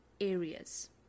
areas